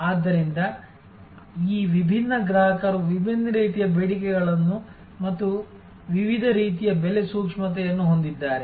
ಆದ್ದರಿಂದ ಈ ವಿಭಿನ್ನ ಗ್ರಾಹಕರು ವಿಭಿನ್ನ ರೀತಿಯ ಬೇಡಿಕೆಗಳನ್ನು ಮತ್ತು ವಿವಿಧ ರೀತಿಯ ಬೆಲೆ ಸೂಕ್ಷ್ಮತೆಯನ್ನು ಹೊಂದಿದ್ದಾರೆ